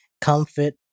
comfort